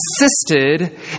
insisted